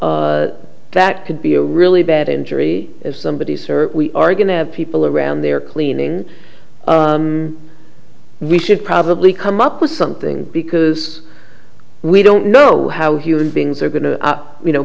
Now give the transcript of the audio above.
w that could be a really bad injury if somebody said we are going to have people around they're cleaning we should probably come up with something because we don't know how human beings are going to you know